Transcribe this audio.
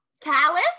Callus